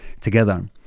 together